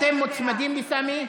אתם מוצמדים לסמי?